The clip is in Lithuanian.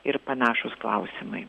ir panašūs klausimai